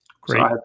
Great